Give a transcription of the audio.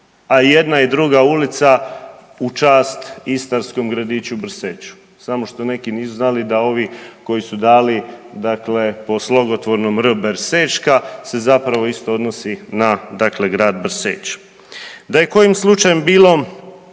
i jedna i druga ulica u čast istarskom gradiću Brseču, samo što neki nisu znali da ovi koji su dali dakle po slogotvornom r Bersečka se zapravo isto odnosi na dakle, grad Brseč. Da je kojim slučajem bilo